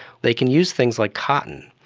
they can use things like cotton.